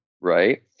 Right